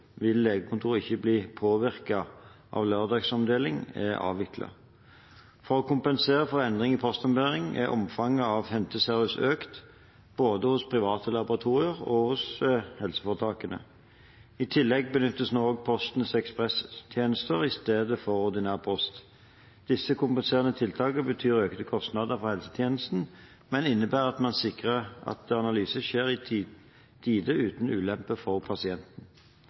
vil legekontoret ikke bli påvirket av at lørdagsomdelingen er avviklet. For å kompensere for endring i postombæringen er omfanget av henteservice økt både hos private laboratorier og hos helseforetakene. I tillegg benyttes nå også Postens ekspresstjenester i stedet for ordinær post. Disse kompenserende tiltakene betyr økte kostnader for helsetjenesten, men innebærer at man sikrer at analyse skjer i tide uten ulempe for pasienten.